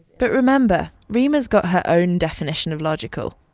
but remember reema's got her own definition of logical.